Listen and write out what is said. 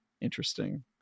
interesting